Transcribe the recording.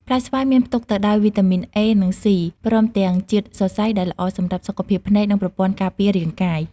ផ្លែស្វាយមានផ្ទុកទៅដោយវីតាមីន A និង C ព្រមទាំងជាតិសរសៃ ដែលល្អសម្រាប់សុខភាពភ្នែក និងប្រព័ន្ធការពាររាងកាយ។